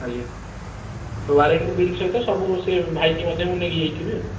ଆଜ୍ଞା ତ warranty bill ସହିତ ସବୁ ସେ ଭାଇକୁ ମଧ୍ୟ ମୁଁ ନେଇକି ଯାଇଥିବି ଆଉ